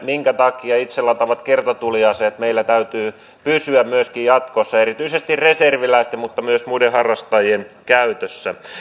minkä takia itselataavien kertatuliaseiden meillä täytyy pysyä myöskin jatkossa erityisesti reserviläisten mutta myös muiden harrastajien käytössä